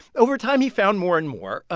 over time, he found more and more. ah